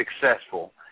successful